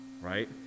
right